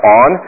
on